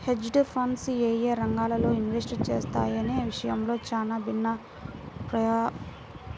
hedge funds యేయే రంగాల్లో invest చేస్తాయనే విషయంలో చానా భిన్నాభిప్రాయాలున్నయ్